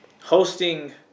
hosting